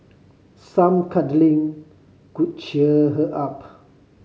some cuddling could cheer her up